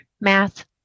math